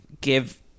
give